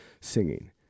singing